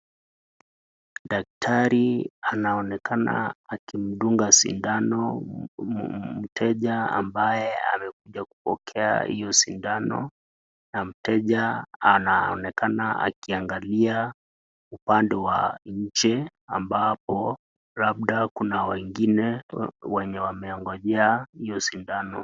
Daktari anaonekana akimdunga sindano mteja ambaye amekuja kupokea huyo sindano, na mteja anaonekana akiangalia upande wa nje, ambapo labda kuna wengine wenye wameongojea hio sindano.